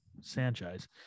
Sanchez